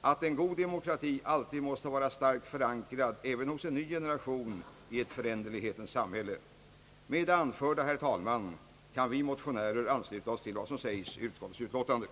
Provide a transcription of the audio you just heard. att en god demokrati alltid — även hos en ny generation — måste vara starkt förankrad i ett föränderlighetens samhälle. Med det anförda, herr talman, kan vi motionärer ansluta oss till vad som sägs i utskottets betänkande.